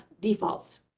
defaults